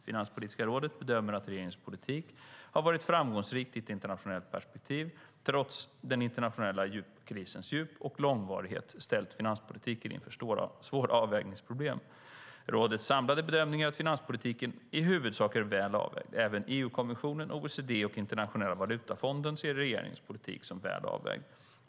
Finanspolitiska rådet bedömer att regeringens politik har varit framgångsrik i ett internationellt perspektiv, trots att den internationella krisens djup och långvarighet ställt finanspolitiken inför svåra avvägningsproblem. Rådets samlade bedömning är att finanspolitiken i huvudsak är väl avvägd. Även EU-kommissionen, OECD och Internationella valutafonden ser regeringens politik som väl avvägd.